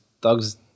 dogs